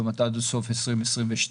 עד סוף 2022,